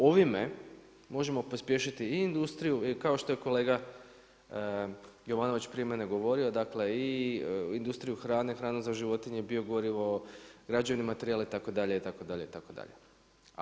Ovime možemo pospješiti i industriju i kao što je kolega Jovanović prije mene govorio dakle, i industriju hrane, hranu za životinje, biogorivo, građevne materijale itd. itd. itd.